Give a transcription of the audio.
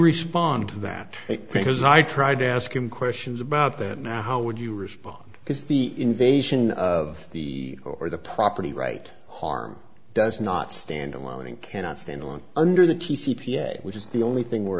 respond to that because i tried to ask him questions about that now how would you respond because the invasion of the or the property right harm does not stand alone and cannot stand alone under the t c p a which is the only thing we're